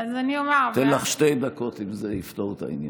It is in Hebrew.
ניתן לך שתי דקות אם זה יפתור את העניין.